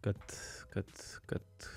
kad kad kad